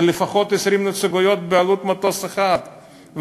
זה לפחות 20 נציגויות בעלות מטוס אחד.